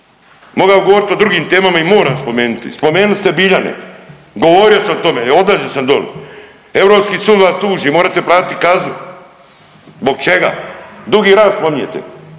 Mogao bi govoriti o drugim temama i moram spomenuti, spomenuli ste Biljane govorio sam o tome odlazio sam doli, Europski sud vas tuži morate platiti kaznu. Zbog čega? Dugi Rat spominjete,